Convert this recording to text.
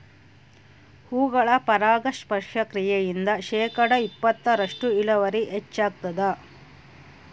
ಹೂಗಳ ಪರಾಗಸ್ಪರ್ಶ ಕ್ರಿಯೆಯಿಂದ ಶೇಕಡಾ ಇಪ್ಪತ್ತರಷ್ಟು ಇಳುವರಿ ಹೆಚ್ಚಾಗ್ತದ